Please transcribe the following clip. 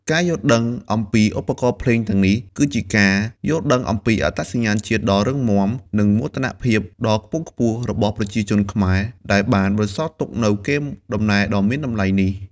ការយល់ដឹងអំពីឧបករណ៍ភ្លេងទាំងនេះ គឺជាការយល់ដឹងអំពីអត្តសញ្ញាណជាតិដ៏រឹងមាំ និងមោទនភាពដ៏ខ្ពង់ខ្ពស់របស់ប្រជាជនខ្មែរ ដែលបានបន្សល់ទុកនូវកេរដំណែលដ៏មានតម្លៃនេះ។